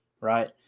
right